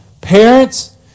Parents